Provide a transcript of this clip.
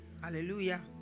hallelujah